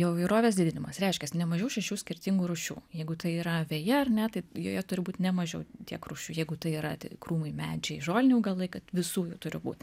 įvairovės didinimas reiškias ne mažiau šešių skirtingų rūšių jeigu tai yra veja ar ne tai joje turi būt ne mažiau tiek rūšių jeigu tai yra krūmai medžiai žoliniai augalai kad visų jų turi būt